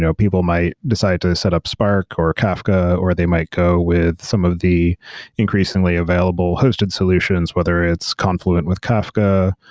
people might decide to set up spark, or kafka, or they might go with some of the increasingly available hosted solutions, whether it's confluent with kafka,